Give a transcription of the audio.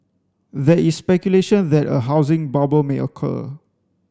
there is speculation that a housing bubble may occur